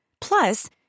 Plus